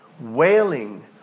wailing